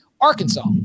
Arkansas